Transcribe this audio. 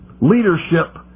leadership